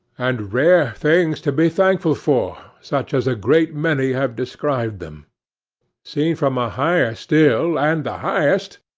and rare things, to be thankful for, such as a great many have described them seen from a higher still, and the highest,